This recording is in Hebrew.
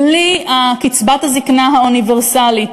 בלי קצבת הזיקנה האוניברסלית,